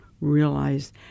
realize